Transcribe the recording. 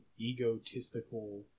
egotistical